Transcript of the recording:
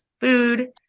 food